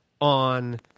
on